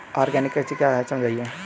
Organic कृषि क्या है समझाइए?